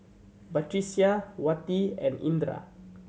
Batrisya Wati and Indra